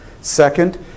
Second